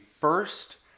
first